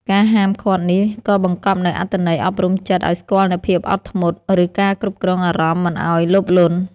ការហាមឃាត់នេះក៏បង្កប់នូវអត្ថន័យអប់រំចិត្តឱ្យស្គាល់នូវភាពអត់ធ្មត់ ឬការគ្រប់គ្រងអារម្មណ៍មិនឱ្យលោភលន់។